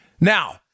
Now